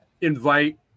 invite